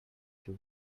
two